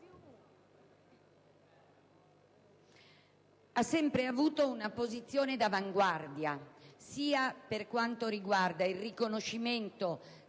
ha sempre avuto una posizione d'avanguardia, sia per quanto riguarda il riconoscimento